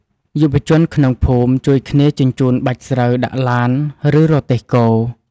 យុវជនក្នុងភូមិជួយគ្នាជញ្ជូនបាច់ស្រូវដាក់ឡាន ឬរទេះគោ។